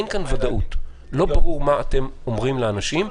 אין כאן ודאות, לא ברור מה אתם אומרים לאנשים.